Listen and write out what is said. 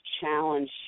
challenge